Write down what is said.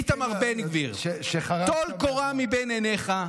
איתמר בן גביר, טול קורה מבין עיניך.